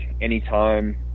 anytime